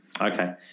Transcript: Okay